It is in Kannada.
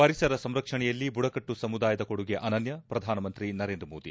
ಪರಿಸರ ಸಂರಕ್ಷಣೆಯಲ್ಲಿ ಬುಡಕಟ್ಟು ಸಮುದಾಯದ ಕೊಡುಗೆ ಅನನ್ನ ಪ್ರಧಾನಮಂತ್ರಿ ನರೇಂದ್ರ ಮೋದಿ